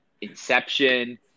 Inception